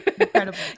Incredible